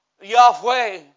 Yahweh